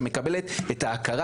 שמקבלת את ההכרה,